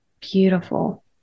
Beautiful